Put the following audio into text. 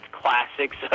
classics